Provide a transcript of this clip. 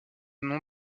nom